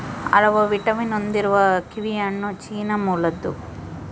ಹಲವು ವಿಟಮಿನ್ ಹೊಂದಿರುವ ಕಿವಿಹಣ್ಣು ಚೀನಾ ಮೂಲದ್ದು